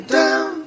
down